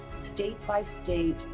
state-by-state